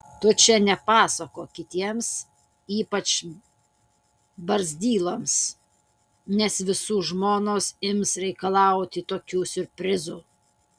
tu čia nepasakok kitiems ypač barzdyloms nes visų žmonos ims reikalauti tokių siurprizų